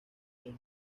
los